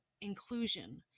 inclusion